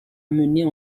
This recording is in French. mener